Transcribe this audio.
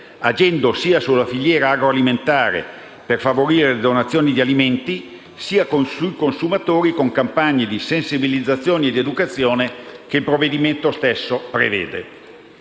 agendo sia sulla filiera agroalimentare per favorire la donazione di alimenti, sia sui consumatori con campagne di sensibilizzazione e di educazione che il provvedimento stesso prevede.